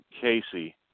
Casey